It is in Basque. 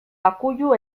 akuilu